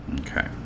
Okay